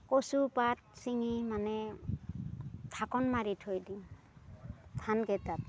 কচুপাত ছিঙি মানে ঢাকোন মাৰি থৈ দিওঁ ধানকেইটাত